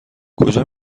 کجا